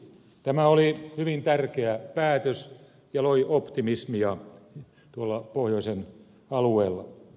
tämä oli hyvin tärkeä päätös ja loi optimismia tuolla pohjoisen alueella